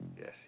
Yes